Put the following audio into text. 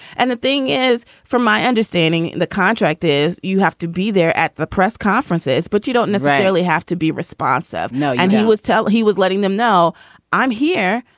and the thing is, from my understanding, the contract is you have to be there at the press conferences, but you don't necessarily have to be responsive. no, and it was tell he was letting them know i'm here.